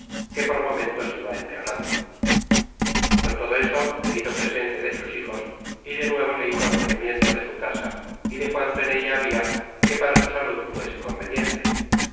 que por momentos iba empeorando con todo eso le hizo presente de sus hijos y de nuevo le hizo ofrecimiento de su casa y de cuanto en ella habia que para su salud fuese conveniente